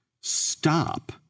stop